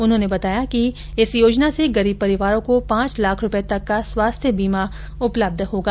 उन्होंने बताया कि इस योजना से गरीब परिवारों को पांच लाख रुपए तक का स्वास्थ्य बीमा उपलब्ध होगा